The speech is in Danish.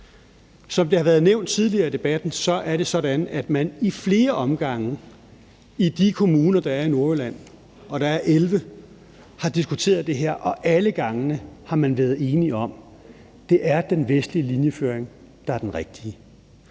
Som det har været nævnt tidligere i debatten, er det sådan, at man i flere omgange i de kommuner, der er i Nordjylland, og der er 11, har diskuteret det her, og alle gangene har man været enige om, at det er den vestlige linjeføring, der er den rigtige.